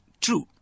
true